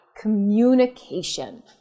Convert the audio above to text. communication